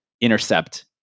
intercept